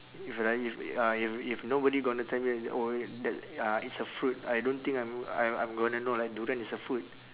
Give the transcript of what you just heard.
if like if uh if if nobody gonna tell you oh that uh it's a fruit I don't think I'm I'm I'm gonna know like durian is a food